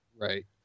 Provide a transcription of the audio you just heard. Right